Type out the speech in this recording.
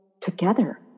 together